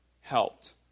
helped